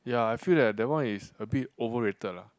ya I feel that that one is a bit overrated lah